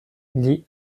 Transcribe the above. gli